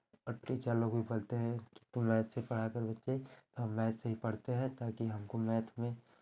और टीचर लोग भी बोलते हैं कि तुम मैथ से ही पढ़ा करो बच्चे तो हम मैथ से ही पढ़ते हैं ताकि हमको मैथ में